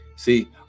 See